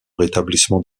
rétablissement